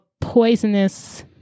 poisonous